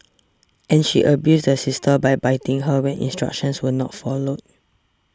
and she abused the sister by biting her when instructions were not followed